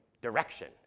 Direction